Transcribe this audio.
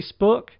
Facebook